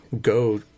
go